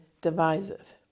divisive